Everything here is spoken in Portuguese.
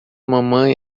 mamãe